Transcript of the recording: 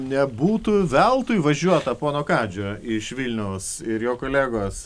nebūtų veltui važiuota pono kadžio iš vilniaus ir jo kolegos